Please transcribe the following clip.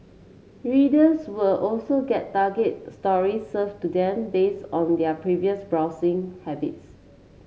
readers will also get targeted stories served to them based on their previous browsing habits